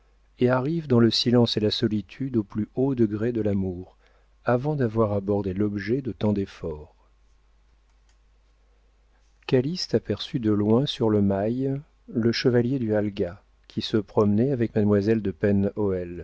et arrivent dans le silence et la solitude au plus haut degré de l'amour avant d'avoir abordé l'objet de tant d'efforts calyste aperçut de loin sur le mail le chevalier du halga qui se promenait avec mademoiselle de